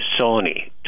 Sony